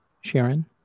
Sharon